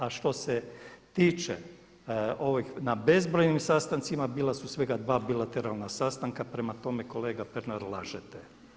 A što se tiče ovih na bezbrojnim sastancima, bila su svega 2 bilateralna sastanka, prema tome kolega Pernar lažete.